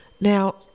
Now